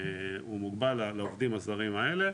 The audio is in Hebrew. הוא מוגבל לעובדים הזרים האלה,